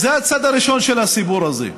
הצד הראשון של הסיפור הזה.